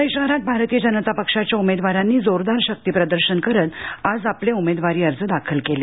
पुणे शहरात भारतीय जनता पक्षाच्या उमेदवारांनी जोरदार शक्तिप्रदर्शन करत आज आपले उमेदवारी अर्ज दाखल केले